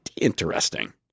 interesting